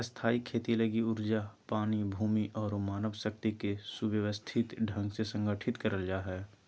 स्थायी खेती लगी ऊर्जा, पानी, भूमि आरो मानव शक्ति के सुव्यवस्थित ढंग से संगठित करल जा हय